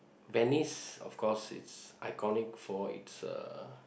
Venice of course it's iconic for it's uh